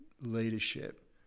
leadership